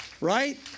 right